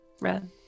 Red